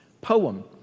poem